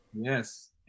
Yes